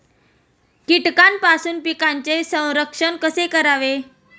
कीटकांपासून पिकांचे संरक्षण कसे करावे?